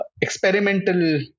experimental